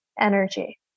energy